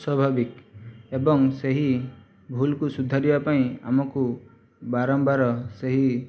ସ୍ଵଭାବିକ ଏବଂ ସେହି ଭୁଲକୁ ସୁଧାରିବା ପାଇଁ ଆମକୁ ବାରମ୍ବାର ସେହି